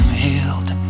healed